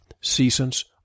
seasons